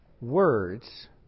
words